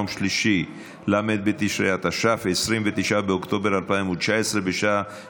יום שלישי, ל' בתשרי התש"ף, 29 באוקטובר, בשעה